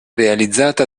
realizzata